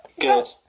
Good